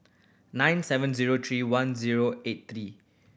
nine seven zero three one zero eight three